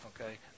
okay